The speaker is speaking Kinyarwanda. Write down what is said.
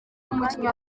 umukinnyi